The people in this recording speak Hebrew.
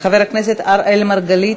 חבר הכנסת אראל מרגלית,